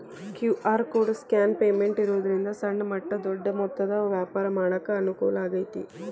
QR code scan payment ಇರೋದ್ರಿಂದ ಸಣ್ಣ ಮಟ್ಟ ದೊಡ್ಡ ಮೊತ್ತದ ವ್ಯಾಪಾರ ಮಾಡಾಕ ಅನುಕೂಲ ಆಗೈತಿ